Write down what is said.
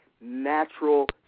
natural